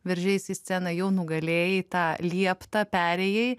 veržeisi į sceną jau nugalėjai tą lieptą perėjai